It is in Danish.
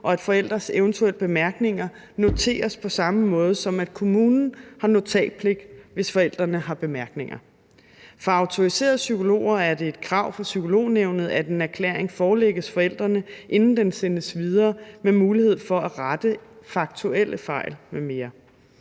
og at forældres eventuelle bemærkninger noteres på samme måde, som at kommunen har notatpligt, hvis forældrene har bemærkninger. For autoriserede psykologer er det et krav fra Psykolognævnet, at en erklæring forelægges forældrene, inden den sendes videre, med mulighed for at rette faktuelle fejl m.m.